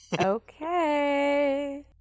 okay